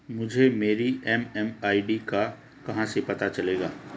मुझे मेरी एम.एम.आई.डी का कहाँ से पता चलेगा?